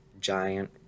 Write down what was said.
giant